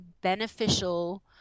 beneficial